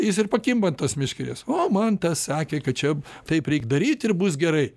jis ir pakimba ant tos meškerės o man tas sakė kad čia taip reik daryt ir bus gerai